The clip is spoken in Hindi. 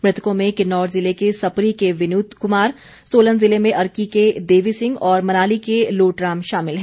मृतकों में किन्नौर ज़िले के सपरी के विनीत कुमार सोलन जिले में अर्की के देवी सिंह और मनाली के लोटराम शामिल हैं